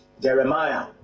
Jeremiah